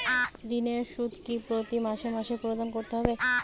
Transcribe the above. ঋণের সুদ কি প্রতি মাসে মাসে প্রদান করতে হবে?